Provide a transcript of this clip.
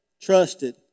Trusted